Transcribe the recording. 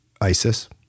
ISIS